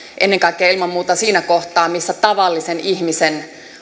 ennen kaikkea ilman muuta siinä kohtaa missä tavallisen ihmisen